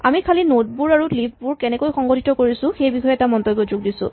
আমি খালী নড বোৰ আৰু লিফ বোৰ কেনেকৈ সংগঠিত কৰিছো সেই বিষয়ে এটা মন্তব্য যোগ দিছো